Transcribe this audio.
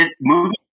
movie